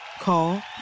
Call